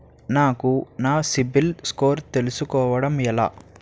నాకు నా సిబిల్ స్కోర్ తెలుసుకోవడం ఎలా?